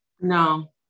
No